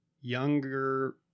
younger